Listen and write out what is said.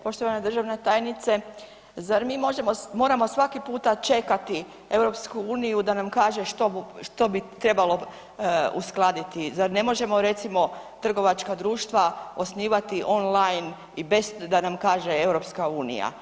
Poštovana državna tajnice, zar mi moramo svaki puta čekati EU da nam kaže što bi trebalo uskladiti, zar ne možemo recimo trgovačka društva osnivati online i bez da nam kaže EU?